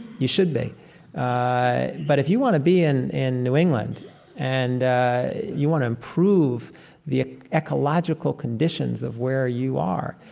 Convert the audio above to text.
you should be but if you want to be in in new england and you want to improve the ecological conditions of where you are,